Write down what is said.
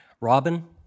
Robin